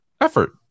effort